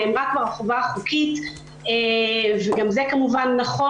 נאמרה כבר החובה החוקית, וגם זה נכון.